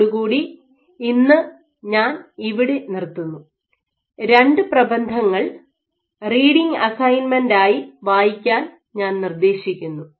ഇതോടുകൂടി ഇന്ന് ഞാൻ ഇവിടെ നിർത്തുന്നു രണ്ട് പ്രബന്ധങ്ങൾ റീഡിംഗ് അസൈൻമെന്റായി വായിക്കാൻ ഞാൻ നിർദ്ദേശിക്കുന്നു